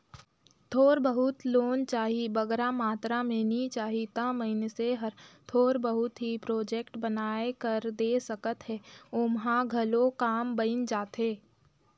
थोर बहुत लोन चाही बगरा मातरा में नी चाही ता मइनसे हर थोर बहुत ही प्रोजेक्ट बनाए कर दे सकत हे ओम्हां घलो काम बइन जाथे